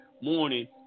morning